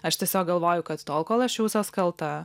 aš tiesiog galvoju kad tol kol aš jausiuos kalta